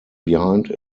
behind